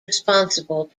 responsible